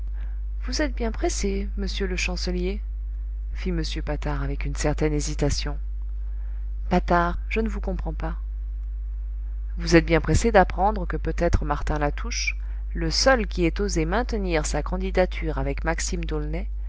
vous êtes bien pressé monsieur le chancelier fit m patard avec une certaine hésitation patard je ne vous comprends pas vous êtes bien pressé d'apprendre que peut-être martin latouche le seul qui ait osé maintenir sa candidature avec maxime